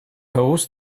will